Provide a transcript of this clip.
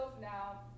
now